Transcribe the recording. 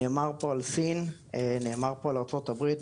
נאמר פה על סין, נאמר פה על ארצות הברית.